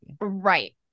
Right